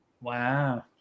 Wow